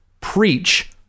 preach